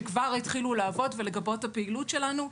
שכבר התחילו לעבוד ולגבות את הפעילות שלנו.